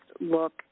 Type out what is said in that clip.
look